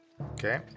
Okay